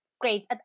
great